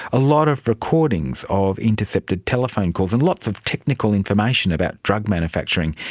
a lot of recordings of intercepted telephone calls and lots of technical information about drug manufacturing.